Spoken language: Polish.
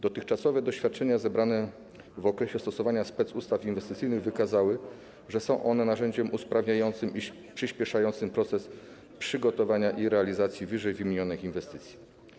Dotychczasowe doświadczenia zebrane w okresie stosowania specustaw inwestycyjnych wykazały, że są one narzędziem usprawniającym i przyspieszającym proces przygotowania i realizacji ww. inwestycji.